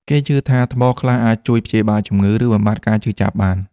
គេជឿថាថ្មខ្លះអាចជួយព្យាបាលជំងឺ ឬបំបាត់ការឈឺចាប់បាន។